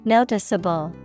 Noticeable